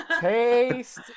taste